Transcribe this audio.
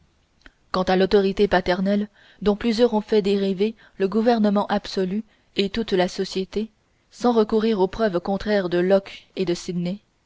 quant à l'autorité paternelle dont plusieurs on fait dériver le gouvernement absolu et toute la société sans recourir aux preuves contraires de locke et de sidney